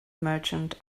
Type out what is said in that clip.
merchant